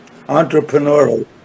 Entrepreneurial